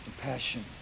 Compassion